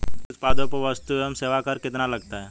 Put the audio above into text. कृषि उत्पादों पर वस्तु एवं सेवा कर कितना लगता है?